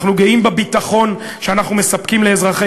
אנחנו גאים בביטחון שאנחנו מספקים לאזרחי